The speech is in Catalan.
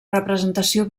representació